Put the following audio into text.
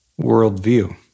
worldview